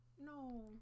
no